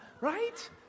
right